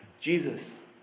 Jesus